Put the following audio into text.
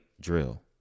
drill